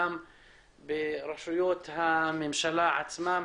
גם ברשויות הממשלה עצמה,